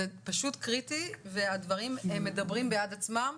זה פשוט קריטי והדברים מדברים בעד עצמם.